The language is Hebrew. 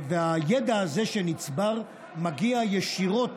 והידע הזה שנצבר מגיע ישירות